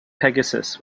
pegasus